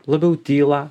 labiau tylą